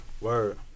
Word